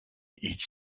each